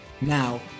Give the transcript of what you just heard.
Now